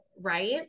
Right